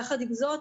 יחד עם זאת,